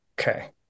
Okay